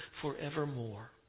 forevermore